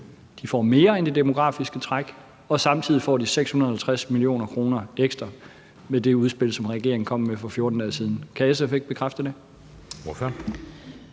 de får mere end det demografiske træk, og samtidig får de 650 mio. kr. ekstra med det udspil, som regeringen kom med for 14 dage siden. Kan SF ikke bekræfte det?